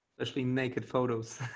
let's be naked photos.